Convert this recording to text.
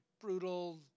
brutal